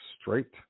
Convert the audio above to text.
straight